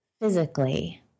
physically